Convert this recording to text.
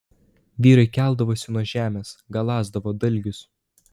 vyrai keldavosi nuo žemės galąsdavo dalgius